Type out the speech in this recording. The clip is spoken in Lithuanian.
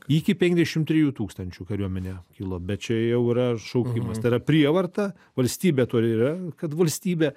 iki penkiasdešimt trijų tūkstančių kariuomenė kilo bet čia jau yra šaukimas tai yra prievarta valstybė tuo ir yra kad valstybė